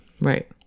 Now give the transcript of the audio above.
right